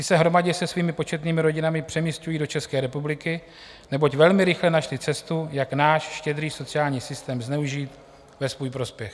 Ty se hromadně se svými početnými rodinami přemisťují do České republiky, neboť velmi rychle našly cestu, jak náš štědrý sociální systém zneužít ve svůj prospěch.